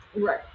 Right